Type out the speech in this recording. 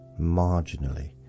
marginally